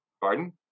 Pardon